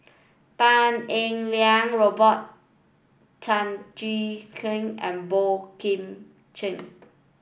Tan Eng Liang Robert Tan Jee Keng and Boey Kim Cheng